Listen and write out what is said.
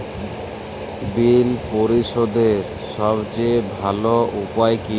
বিল পরিশোধের সবচেয়ে ভালো উপায় কী?